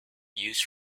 used